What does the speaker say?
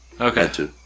Okay